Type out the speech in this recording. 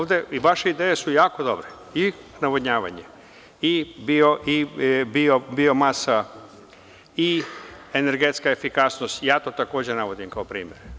Vaše ideje su jako dobre, i navodnjavanje i biomasa i energetska efikasnost, ja to takođe navodim kao primere.